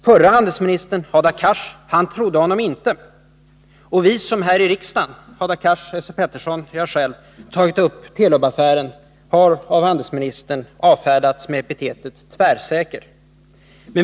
Förre handelsministern Hadar Cars trodde honom inte. Vi som här i riksdagen — Hadar Cars, Esse Petersson och jag själv — tagit upp Telubaffären har av handelsministern avfärdats med epitetet tvärsäkerhet.